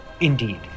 Indeed